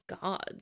God